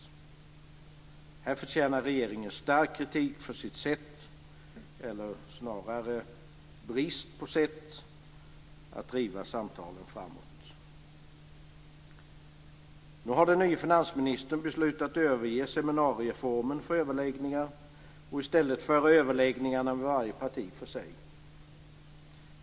Här förtjänar regeringen stark kritik för sitt sätt - eller snarare brist på sätt - att driva samtalen framåt. Nu har den nye finansministern beslutat överge seminarieformen för överläggningar och i stället föra överläggningarna med varje parti för sig.